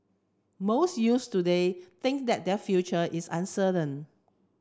most youths today think that their future is uncertain